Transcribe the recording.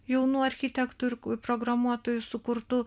jaunų architektų ir programuotojų sukurtu